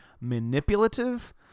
manipulative